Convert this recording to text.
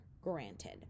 granted